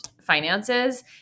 finances